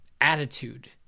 attitude